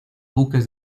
buques